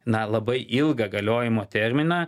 na labai ilgą galiojimo terminą